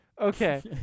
Okay